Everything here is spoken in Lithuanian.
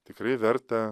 tikrai verta